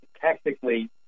tactically